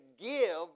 give